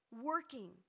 working